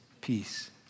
peace